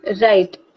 Right